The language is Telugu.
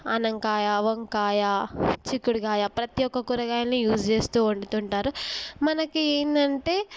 అనంకాయ వంకాయ చిక్కుడుకాయ ప్రతి ఒక్క కూరగాయల్ని యూస్ చేస్తూ వండుతుంటారు మనకి ఏందంటే